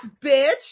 bitch